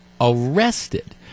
arrested